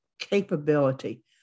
capability